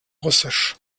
russisch